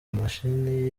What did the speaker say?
imashini